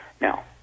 Now